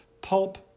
pulp